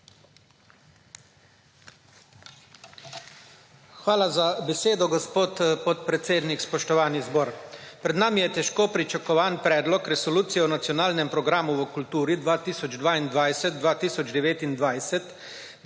Hvala za besedo, gospod podpredsednik. Spoštovani zbor! Pred nami je težko pričakovan Predlog Resolucije o nacionalnem programu v kulturi 2022-2029.